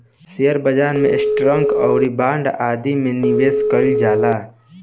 share बाजार में stock आउरी बांड आदि में निबेश कईल जाला